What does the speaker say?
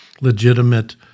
legitimate